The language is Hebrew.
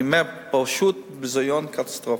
אני אומר: פשוט ביזיון, קטסטרופה.